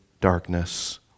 darkness